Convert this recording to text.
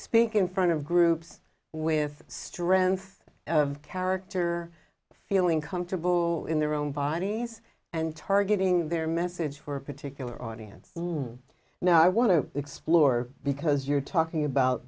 speak in front of groups with strength of character feeling comfortable in their own bodies and targeting their message for a particular audience now i want to explore because you're talking about